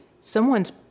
someone's